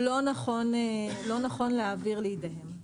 לא נכון להעביר לידיהם.